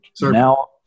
Now